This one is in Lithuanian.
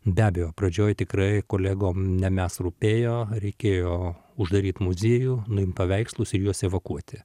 be abejo pradžioj tikrai kolegom ne mes rūpėjo reikėjo uždaryt muziejų nuimt paveikslus ir juos evakuoti